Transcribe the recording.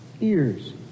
ears